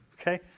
okay